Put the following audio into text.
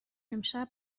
امشب